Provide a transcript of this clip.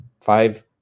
Five